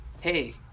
Hey